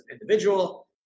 individual